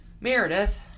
Meredith